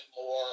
more